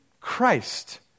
Christ